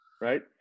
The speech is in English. right